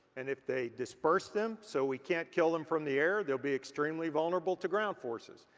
and if they disperse them so we can't kill them from the air they'll be extremely vulnerable to ground forces.